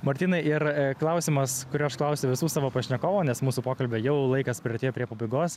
martynai ir klausimas kurio aš klausiu visų savo pašnekovų nes mūsų pokalbio jau laikas priartėjo prie pabaigos